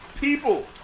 people